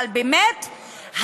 אבל באמת,